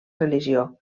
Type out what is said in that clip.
religió